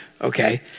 okay